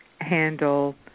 handle